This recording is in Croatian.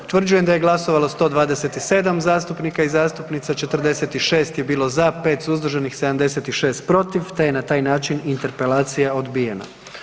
Utvrđujem je glasovalo 127 zastupnika i zastupnica, 46 je bilo za, 5 suzdržanih, 76 protiv te je na taj način interpelacija odbijena.